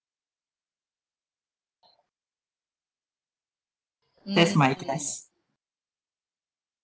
that's my guess